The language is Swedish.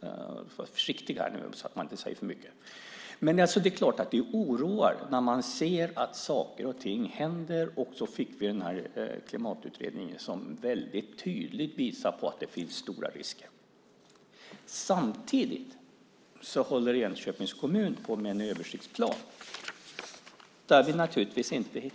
Jag får vara försiktig så att jag inte säger för mycket. Det är klart att det oroar när man ser att saker och ting händer. Dessutom fick vi Klimatutredningens betänkande som väldigt tydligt visar på att det finns stora risker. Samtidigt håller Enköpings kommun på med en översiktsplan där vi